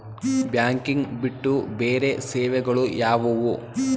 Banking ಬಿಟ್ಟು ಬೇರೆ ಸೇವೆಗಳು ಯಾವುವು?